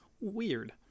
weird